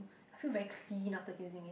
I feel very clean after using it